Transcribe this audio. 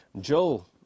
Joel